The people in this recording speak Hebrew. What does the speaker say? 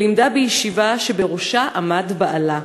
ולימדה בישיבה שבראשה עמד בעלה.